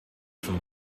from